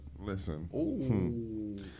listen